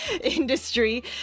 industry